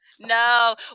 No